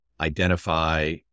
identify